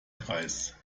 kreis